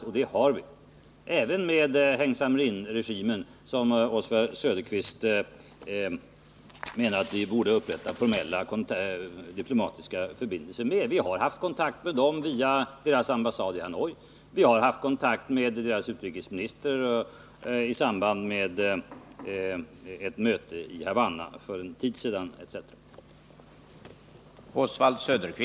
Sådana kontakter har vi — även med Heng Samrin-regimen, som Oswald Söderqvist anser att vi borde upprätta formella diplomatiska förbindelser med. Vi har haft kontakt med denna regim via dess ambassad i Hanoi, vi har haft kontakt med dess utrikesminister i samband med ett möte i Havanna för en tid sedan med de alliansfria staterna.